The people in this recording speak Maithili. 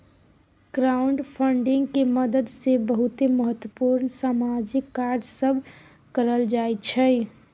क्राउडफंडिंग के मदद से बहुते महत्वपूर्ण सामाजिक कार्य सब करल जाइ छइ